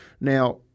now